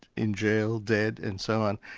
in jail. dead, and so on.